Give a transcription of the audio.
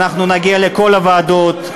אנחנו נגיע לכל הוועדות,